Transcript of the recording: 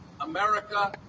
America